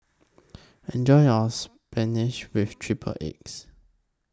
Enjoy your Spinach with Triple Eggs